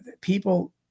people